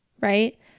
right